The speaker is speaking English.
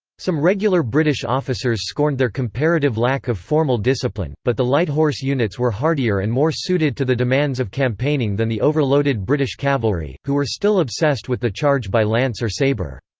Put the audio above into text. some regular british officers scorned their comparative lack of formal discipline, but the light horse units were hardier and more suited to the demands of campaigning than the overloaded british cavalry, who were still obsessed with the charge by lance or sabre.